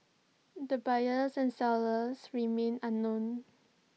the buyers and sellers remain unknown